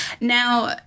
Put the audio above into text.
Now